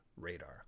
Radar